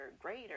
greater